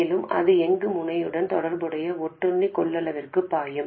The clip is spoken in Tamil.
மேலும் அது அந்த முனையுடன் தொடர்புடைய ஒட்டுண்ணி கொள்ளளவிற்குள் பாயும்